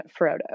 Frodo